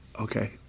okay